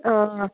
অঁ